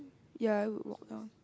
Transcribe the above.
ya we walk down